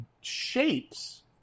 shapes